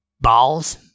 balls